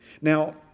Now